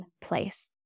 place